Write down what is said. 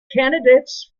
candidates